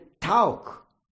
talk